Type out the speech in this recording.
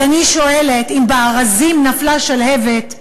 אז אני שואלת, אם בארזים נפלה שלהבת,